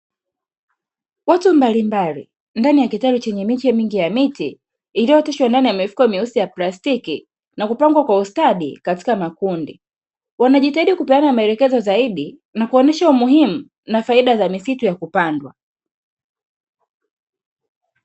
Watu mbalimbali ndani ya kitalu chenye miche mingi ya miti iliyooteshwa ndani ya mifuko meusi ya plastiki na kupangwa kwa ustadi katika makundi .Wanajitaidi kupeana maelekezo zaidi na kuonyesha umuhimu na faida za misitu ya kupandwa.